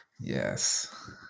Yes